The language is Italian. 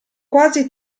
quasi